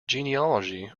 genealogy